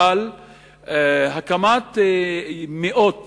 אבל הקמת מאות